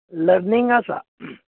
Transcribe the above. learning आसा